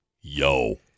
Yo